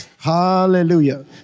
Hallelujah